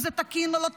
אם זה תקין או לא תקין,